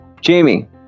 Jamie